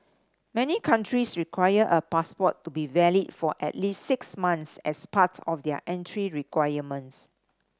many countries require a passport to be valid for at least six months as part of their entry requirements